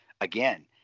again